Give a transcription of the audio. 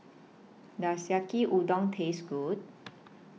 Does Yaki Udon Taste Good